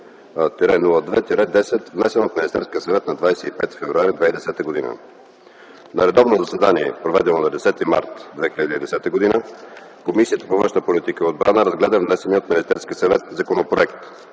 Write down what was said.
внесен от Министерския съвет на 25 февруари 2010 г. На редовно заседание, проведено на 10 март 2010 г., Комисията по външна политика и отбрана разгледа внесения от Министерския съвет законопроект.